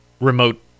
remote